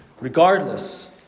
Regardless